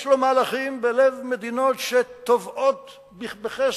יש לו מהלכים בלב מדינות שטובעות בכסף,